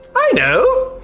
i know!